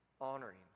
honoring